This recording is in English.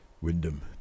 Wyndham